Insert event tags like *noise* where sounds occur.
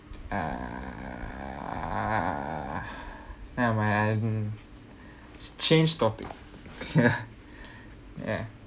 ah never mind change topic *laughs* ya